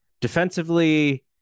defensively